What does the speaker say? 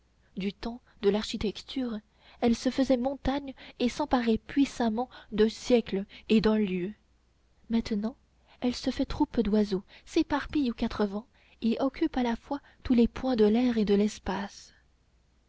du temps de l'architecture elle se faisait montagne et s'emparait puissamment d'un siècle et d'un lieu maintenant elle se fait troupe d'oiseaux s'éparpille aux quatre vents et occupe à la fois tous les points de l'air et de l'espace